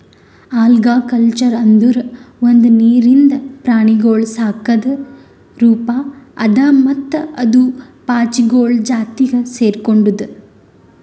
algaculture ಅಂದುರ್ ಒಂದು ನೀರಿಂದ ಪ್ರಾಣಿಗೊಳ್ ಸಾಕದ್ ರೂಪ ಅದಾ ಮತ್ತ ಅದು ಪಾಚಿಗೊಳ್ ಜಾತಿಗ್ ಸೆರ್ಕೊಂಡುದ್